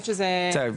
בסדר?